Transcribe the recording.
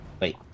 Wait